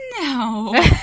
No